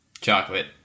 chocolate